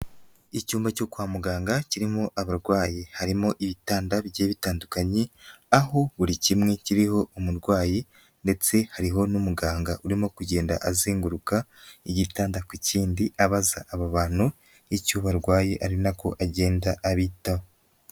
Icyumba cyo kwa muganga kirimo abarwayi harimo ibitanda bigiye bitandukanye, aho buri kimwe kiriho umurwayi ndetse hariho n'umuganga urimo kugenda azenguruka igitanda ku kindi abaza aba bantu icyo barwaye ari nako agenda abitaho.